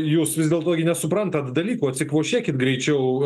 jūs vis dėlto gi nesuprantat dalykų atsikvošėkit greičiau